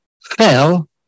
fell